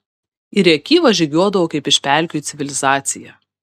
į rėkyvą žygiuodavau kaip iš pelkių į civilizaciją